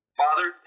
father